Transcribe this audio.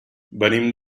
venim